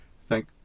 thank